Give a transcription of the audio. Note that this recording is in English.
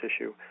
issue